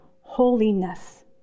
holiness